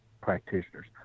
practitioners